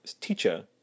teacher